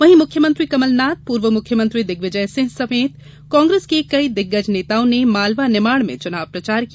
वहीं मुख्यमंत्री कमलनाथ पूर्व मुख्यमंत्री दिग्विजय सिंह समेत कांग्रेस के कई दिग्गज नेताओं ने मालवा निमाड़ में चुनाव प्रचार किया